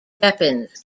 weapons